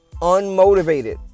unmotivated